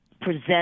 present